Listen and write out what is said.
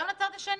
וגם הצד השני.